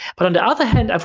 but on the other hand,